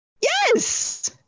Yes